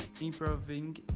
improving